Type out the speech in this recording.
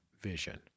vision